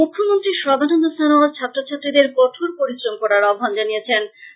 মুখ্যমন্ত্রী সর্বানন্দ সনোয়াল ছাত্র ছাত্রীদের কঠোর পরিশ্রম করার আহ্বান জানিয়েছেন